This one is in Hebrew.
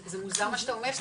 זה מוזר מה שאתה אומר,